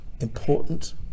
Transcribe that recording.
important